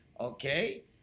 Okay